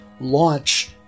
launch